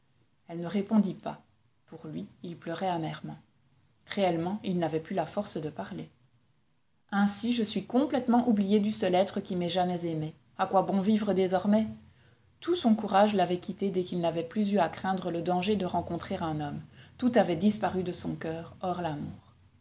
elle ne répondit pas pour lui il pleurait amèrement réellement il n'avait plus la force de parler ainsi je suis complètement oublié du seul être qui m'ait jamais aimé a quoi bon vivre désormais tout son courage l'avait quitté dès qu'il n'avait plus eu à craindre le danger de rencontrer un homme tout avait disparu de son coeur hors l'amour